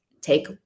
Take